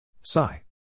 Sigh